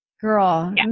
Girl